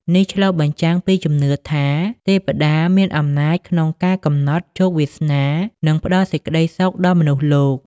នេះឆ្លុះបញ្ចាំងពីជំនឿថា ទេពតាមានអំណាចក្នុងការកំណត់ជោគវាសនា និងផ្តល់សេចក្តីសុខដល់មនុស្សលោក។